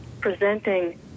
presenting